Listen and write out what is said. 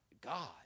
God